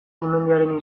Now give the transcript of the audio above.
sumendiaren